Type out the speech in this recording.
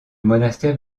monastère